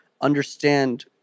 understand